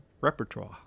repertoire